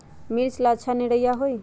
मिर्च ला अच्छा निरैया होई?